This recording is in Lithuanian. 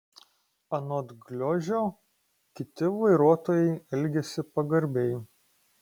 anot gliožio kiti vairuotojai elgiasi pagarbiai